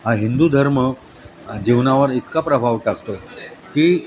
हा हिंदू धर्मजीवनावर इतका प्रभाव टाकतो की